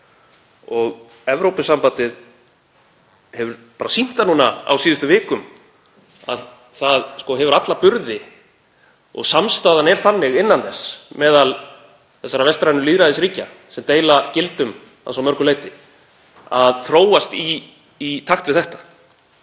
og Evrópusambandið hefur sýnt það á síðustu vikum að það hefur alla burði, og samstaðan er þannig innan þess, meðal þessara vestrænu lýðræðisríkja sem deila gildum að svo mörgu leyti, til að þróast í takt við þetta.